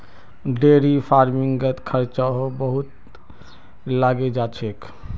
dairy फ़ार्मिंगत खर्चाओ बहुत लागे जा छेक